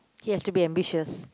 he has to be ambitious